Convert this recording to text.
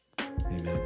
Amen